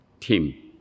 team